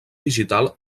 digital